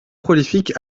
prolifique